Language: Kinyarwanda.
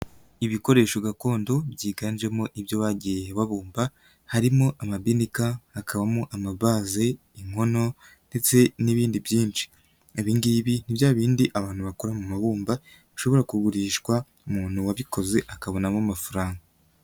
Ibikoresho gakondo byiganjemo ibyo bagiye babumba, harimo amabinika. hakabamo amabaze, inkono ndetse n'ibindi byinshi. Ibingibi ni bya bindi abantu bakura mu mabumba bishobora kugurishwa umuntu wabikoze akabonamo amafaranga.